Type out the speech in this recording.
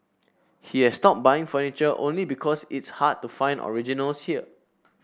he has stopped buying furniture only because it's hard to find originals here